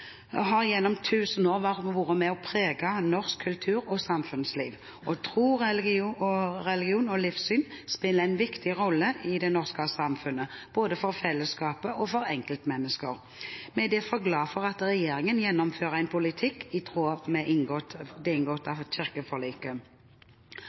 har gjennom tusen år vært med på å prege norsk kultur og samfunnsliv, og tro, religion og livssyn spiller en viktig rolle i det norske samfunnet, både for fellesskapet og for enkeltmennesker. Vi er derfor glade for at regjeringen gjennomfører en politikk i tråd med det inngåtte kirkeforliket. Det pågår en stadig fornyelse av